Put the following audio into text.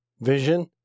vision